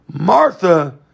Martha